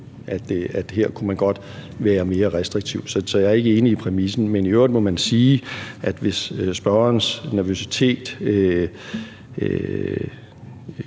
at her kunne man godt være mere restriktiv. Så jeg er ikke enig i præmissen. Men i øvrigt må man sige, at hvis spørgerens nervøsitet